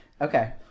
Okay